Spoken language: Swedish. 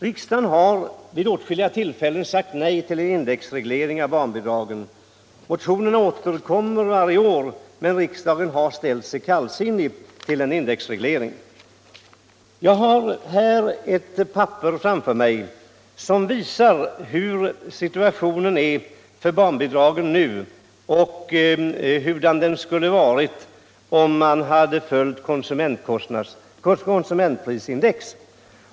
Riksdagen har vid åtskilliga tillfällen sagt nej till förslag om indexreglering av barnbidragen. Motionerna har återkommit varje år, men riksdagen har ställt sig kallsinnig tilll en indexreglering. Jag har här en tabell som visar situationen för barnbidragen just nu och hur det skulle ha varit om barnbidragen följt konsumentprisindex.